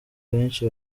benshi